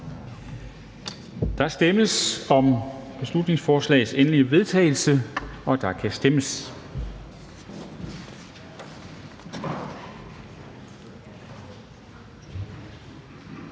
Der stemmes om forslagets endelige vedtagelse, og der kan stemmes.